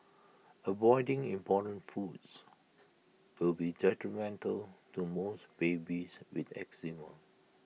avoiding important foods will be detrimental to most babies with eczema